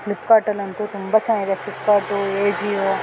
ಫ್ಲಿಪ್ಕಾರ್ಟಲ್ಲಂತೂ ತುಂಬ ಚೆನ್ನಾಗಿದೆ ಫ್ಲಿಪ್ಕಾರ್ಟು ಎಜಿಯೋ